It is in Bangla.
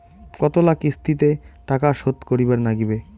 কতোলা কিস্তিতে টাকা শোধ করিবার নাগীবে?